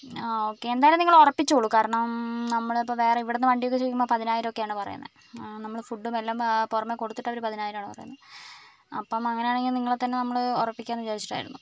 ആ ഓക്കെ എന്തായാലും നിങ്ങൾ ഉറപ്പിച്ചോളൂ കാരണം നമ്മളിപ്പോൾ വേറെ ഇവിടുന്ന് വണ്ടിയൊക്കെ ചോദിക്കുമ്പോൾ പതിനായിരം ഒക്കെയാണ് പറയുന്നത് നമ്മൾ ഫുഡും എല്ലാം പുറമെ കൊടുത്തിട്ട് അവർ പതിനായിരം ആണ് പറയുന്നത് അപ്പം അങ്ങനെയാണെങ്കിൽ നിങ്ങളെ തന്നെ നമ്മൾ ഉറപ്പിക്കാം എന്ന് വിചാരിച്ചിട്ടായിരുന്നു